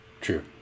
true